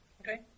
Okay